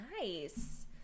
Nice